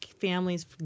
families